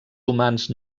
humans